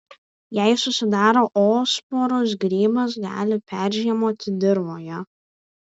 jei susidaro oosporos grybas gali peržiemoti dirvoje